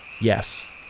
Yes